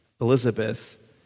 Elizabeth